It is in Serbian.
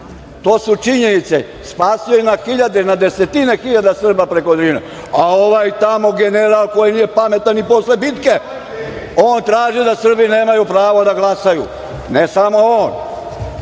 To su činjenice. Spasio je na hiljade, na desetine hiljada Srba preko Drine, a ovaj tamo general koji nije pametan ni posle bitke, on traži da Srbi nemaju pravo na glasaju. Ne samo on.